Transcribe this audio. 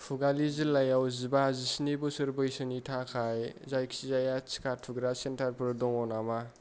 हुगलि जिल्लायाव जिबा जिस्नि बोसोर बैसोनि थाखाय जायखिजाया टिका थुग्रा सेन्टारफोर दङ नामा